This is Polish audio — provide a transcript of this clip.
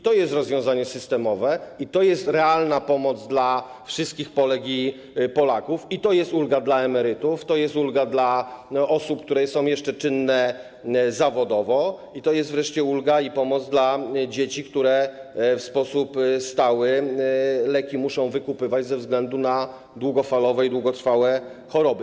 To jest rozwiązanie systemowe, to jest realna pomoc dla wszystkich Polek i Polaków, to jest ulga dla emerytów, to jest ulga dla osób, które są jeszcze zawodowo czynne, to jest wreszcie ulga i pomoc dla dzieci, które w sposób stały muszą wykupywać leki ze względu na długofalowe i długotrwałe choroby.